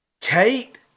Kate